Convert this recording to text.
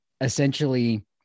essentially